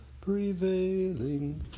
prevailing